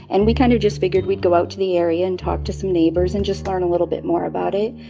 and we kind of just figured we'd go out to the area and talk to some neighbors and just learn a little bit more about it.